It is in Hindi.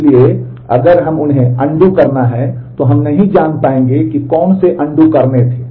इसलिए अगर हमें उसे अनडू करने थे